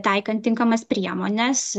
taikant tinkamas priemones